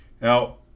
now